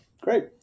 great